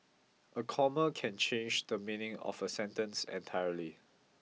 a comma can change the meaning of a sentence entirely